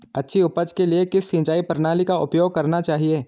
अच्छी उपज के लिए किस सिंचाई प्रणाली का उपयोग करना चाहिए?